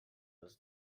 was